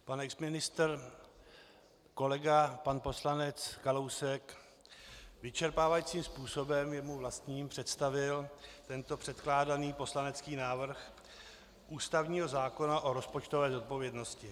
Pan exministr kolega pan poslanec Kalousek vyčerpávajícím způsobem jemu vlastním představil tento předkládaný poslanecký návrh ústavního zákona o rozpočtové odpovědnosti.